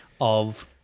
of-